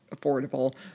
affordable